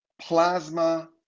plasma